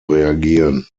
reagieren